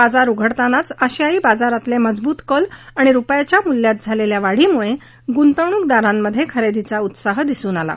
बाजार उघडतानाच आशियायी बाजारातले मजबूत कल आणि रुपयाच्या मूल्यात झालेल्या वाढीमुळे गुंतवणूकदारांमध्ये खरेदीचा उत्साह दिसून आला